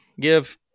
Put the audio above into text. Give